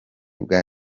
bwa